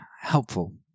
helpful